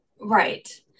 right